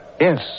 Yes